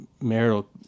marital